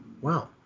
Wow